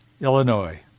Illinois